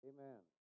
Amen